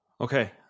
Okay